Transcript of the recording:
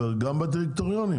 גם בדירקטוריונים,